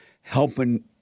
helping